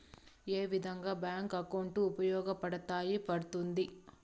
ఏ విధంగా bank account ఉపయోగపడతాయి పడ్తుంది